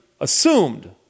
assumed